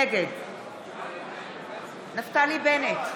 נגד נפתלי בנט,